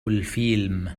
الفيلم